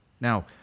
Now